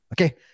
Okay